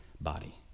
body